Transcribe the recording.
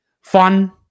fun